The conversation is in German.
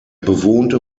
bewohnte